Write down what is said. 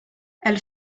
elle